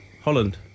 Holland